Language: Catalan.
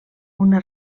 una